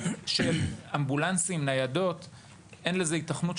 של אמבולנסים וניידות; אין לזה היתכנות,